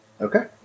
Okay